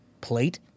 plate